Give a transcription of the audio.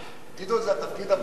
גדעון, זה התפקיד הבא שלך?